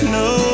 no